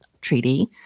treaty